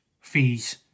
fees